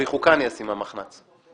אשים מהמחנ"צ.